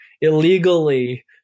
illegally